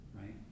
right